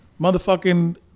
Motherfucking